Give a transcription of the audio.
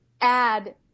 Add